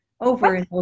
over